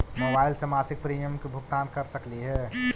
Mobile से मासिक premium के भुगतान कर सकली हे?